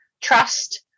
Trust